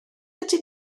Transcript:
ydy